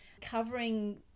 covering